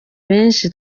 byinshi